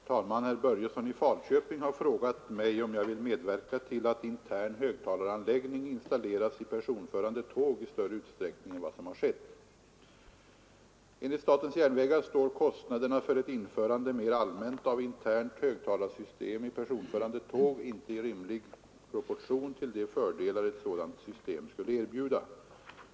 Herr talman! Herr Börjesson i Falköping har frågat mig om jag vill medverka till att intern högtalaranläggning installeras i personförande tåg i större utsträckning än vad som har skett. Enligt statens järnvägar står kostnaderna för ett införande mer allmänt av internt högtalarsystem i personförande tåg inte i rimlig proportion till de fördelar ett sådant system skulle erbjuda.